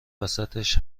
وسطش